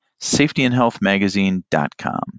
safetyandhealthmagazine.com